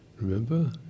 Remember